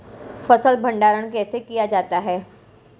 फ़सल भंडारण कैसे किया जाता है?